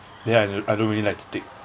then I don~ I don't really like to take